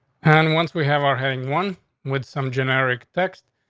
and once we have our having one with some generic text,